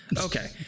Okay